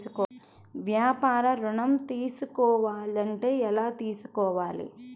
వ్యాపార ఋణం తీసుకోవాలంటే ఎలా తీసుకోవాలా?